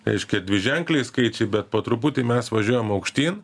reiškia dviženkliai skaičiai bet po truputį mes važiuojam aukštyn